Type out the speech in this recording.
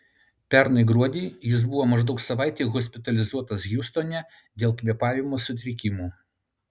pernai gruodį jis buvo maždaug savaitei hospitalizuotas hjustone dėl kvėpavimo sutrikimų